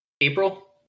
april